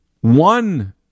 one